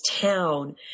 town